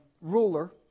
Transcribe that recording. ruler